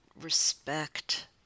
respect